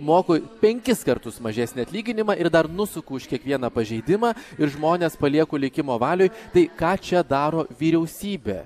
moku penkis kartus mažesnį atlyginimą ir dar nusuku už kiekvieną pažeidimą ir žmones palieku likimo valioj tai ką čia daro vyriausybė